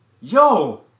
yo